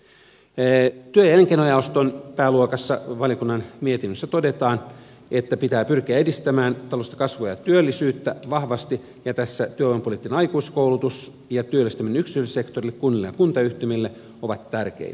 työ ja elinkeinojaoston pääluokassa valiokunnan mietinnössä todetaan että pitää pyrkiä edistämään taloudellista kasvua ja työllisyyttä vahvasti ja tässä työvoimapoliittinen aikuiskoulutus ja työllistäminen yksityissektorille kunnille ja kuntayhtymille ovat tärkeitä